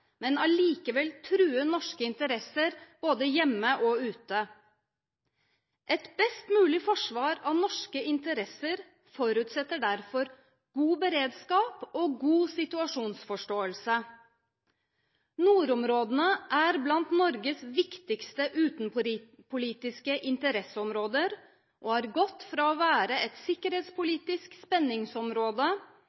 men allikevel true norske interesser både hjemme og ute. Et best mulig forsvar av norske interesser forutsetter derfor god beredskap og god situasjonsforståelse. Nordområdene er blant Norges viktigste utenrikspolitiske interesseområder og har gått fra å være et